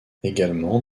également